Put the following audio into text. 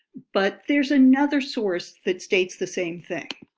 but there's another source that states the same thing.